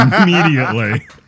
immediately